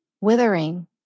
withering